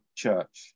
church